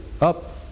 up